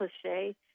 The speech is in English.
cliche